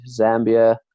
Zambia